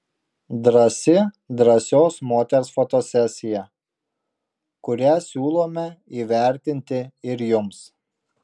drąsi drąsios moters fotosesija kurią siūlome įvertinti ir jums